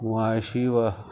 معاشی و